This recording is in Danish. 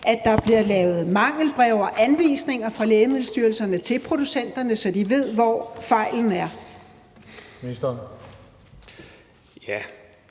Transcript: at der bliver lavet mangelbreve og anvisninger fra Lægemiddelstyrelsen til producenterne, så de ved, hvor fejlen er. Kl.